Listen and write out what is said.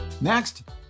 Next